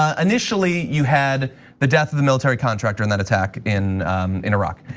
ah initially, you had the death of the military contractor and that attack in in iraq.